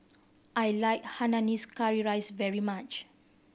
I like Hainanese curry rice very much